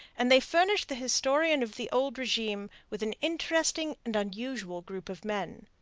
and they furnish the historian of the old regime with an interesting and unusual group of men.